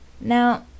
Now